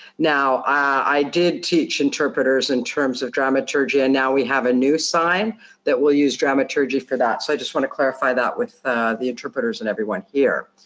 now, i did teach interpreters on and terms of dramaturgy, and now we have a new sign that we'll use dramaturgy for that. so i just wanna clarify that with the interpreters and everyone here.